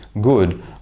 good